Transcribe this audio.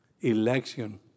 Election